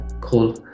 cool